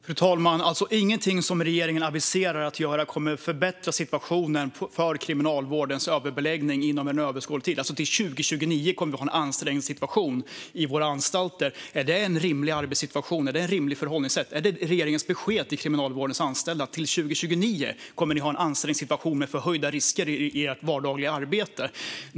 Fru talman! Ingenting som regeringen aviserar att göra kommer att förbättra situationen för kriminalvårdens överbeläggning inom överskådlig tid. Till 2029 kommer vi att ha en ansträngd situation på våra anstalter. Är det en rimlig arbetssituation? Är det ett rimligt förhållningssätt? Är det regeringens besked till kriminalvårdens anställda att till 2029 kommer ni att ha en ansträngd situation med förhöjda risker i ert vardagliga arbete?